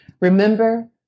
Remember